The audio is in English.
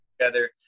together